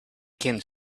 can